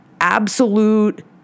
absolute